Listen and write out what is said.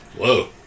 Whoa